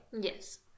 Yes